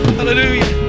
Hallelujah